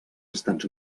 estats